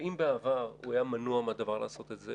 ואם בעבר הוא היה מנוע מלעשות את זה,